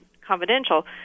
confidential